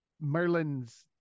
Merlin's